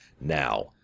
Now